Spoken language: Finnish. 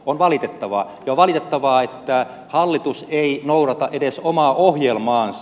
on valitettava että hallitus ei noudata edes omaa ohjelmaansa